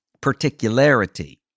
particularity